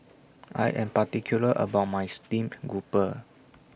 I Am particular about My Steamed Grouper